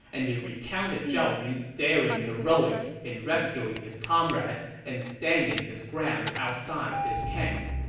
and they recounted zhao yun's daring heroics in rescuing his comrades and standing his ground outside his camp.